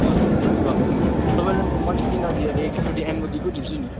हजुर त्यसो भए तपाईँलाई म मन्थली नदिएर एकैचोटि एनुवेलीको दिन्छु नि